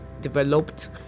developed